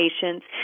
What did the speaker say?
patients